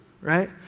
right